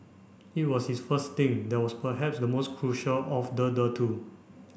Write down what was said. it was his first stint that was perhaps the most critical of the the two